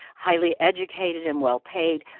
highly educated and well-paid,